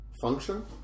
function